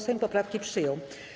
Sejm poprawki przyjął.